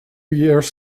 years